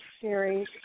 Series